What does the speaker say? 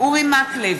אורי מקלב,